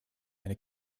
eine